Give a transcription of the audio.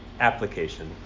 application